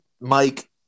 Mike